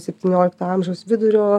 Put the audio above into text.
septyniolikto amžiaus vidurio